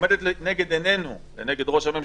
ועומדת לנגד עינינו לנגד עיני ראש הממשלה,